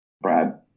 Brad